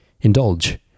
indulge